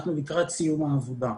אנחנו לקראת סיום העבודה.